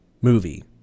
movie